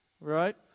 right